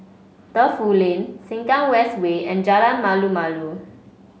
Defu Lin Sengkang West Way and Jalan Malu Malu